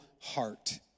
heart